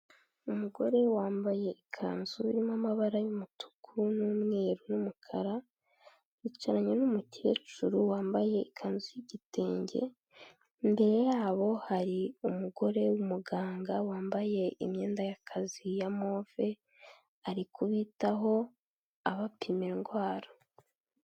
Umugore wambaye ikanzu irimo amabara w'umutuku , n'umweru n'umukara ,yicaranye n'umukecuru wambaye ikanzu y'igitenge, imbere yabo hari umugore w'umuganga wambaye imyenda y'akazi ya move, ari kubitaho abapima indwara.